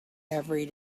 every